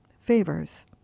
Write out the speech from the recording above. favors